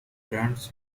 brands